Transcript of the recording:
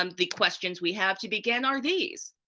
um the questions we have to begin are these.